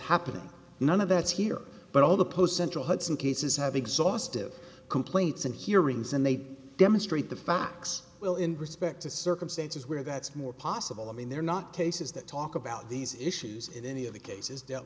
happening none of that's here but all the post central hudson cases have exhaustive complaints and hearings and they demonstrate the facts well in respect to circumstances where that's more possible i mean there are not cases that talk about these issues in any of the cases